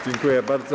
Dziękuję bardzo.